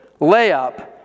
layup